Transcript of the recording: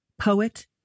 poet